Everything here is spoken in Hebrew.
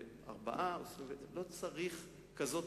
מכללות להוראה, יש 24. לא צריך כזה מספר,